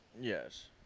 Yes